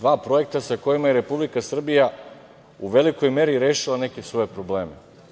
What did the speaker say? Dva projekta sa kojima je Republika Srbija u velikoj meri rešila neke svoje probleme.